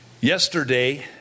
Yesterday